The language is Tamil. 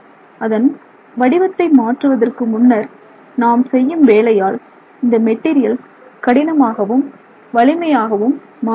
அதன் வடிவத்தை மாற்றுவதற்கு முன்னர் நாம் செய்யும் வேலையால் இந்த மெட்டீரியல் கடினமாகவும் வலிமையாகவும் மாறுகிறது